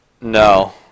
No